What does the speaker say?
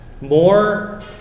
More